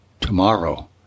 tomorrow